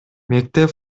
мектеп